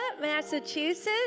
Massachusetts